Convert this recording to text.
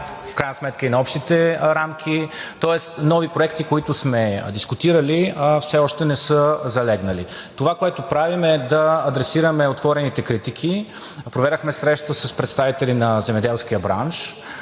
в крайна сметка и на общите рамки. Тоест нови проекти, които сме дискутирали, а все още не са залегнали. Това, което правим, е да адресираме отворените критики. Проведохме среща с представители на земеделския бранш.